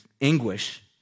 anguish